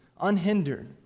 unhindered